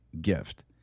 gift